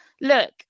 Look